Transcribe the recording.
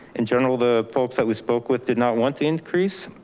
in general, the folks that we spoke with did not want the increase.